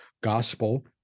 gospel